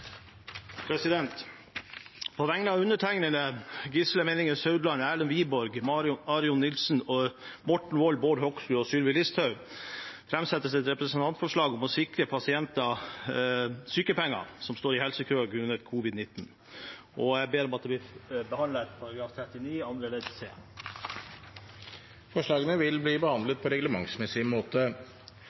representantforslag. På vegne av undertegnede, Gisle Meininger Saudland, Erlend Wiborg, Marius Arion Nilsen, Morten Wold, Bård Hoksrud og Sylvi Listhaug vil jeg framsette et representantforslag om å sikre sykepenger til pasienter som står i helsekø grunnet covid-19. Jeg ber om at det blir behandlet etter Stortingets forretningsorden § 39 annet ledd c. Forslagene vil bli behandlet på reglementsmessig måte.